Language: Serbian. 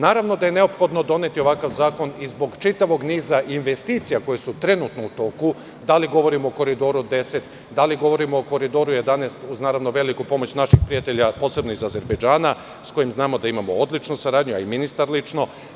Naravno da je neophodno doneti ovakav zakon i zbog čitavog niza investicija koje su trenutno u toku, da li govorimo o Koridoru 10, da li govorimo o Koridoru 11, uz naravno veliku pomoć naših prijatelja, posebno iz Azerbejdžana, s kojim znamo da imamo odličnu saradnju, a i ministar lično.